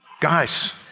Guys